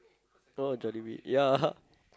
oh Jollibee ya